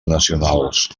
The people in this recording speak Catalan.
nacionals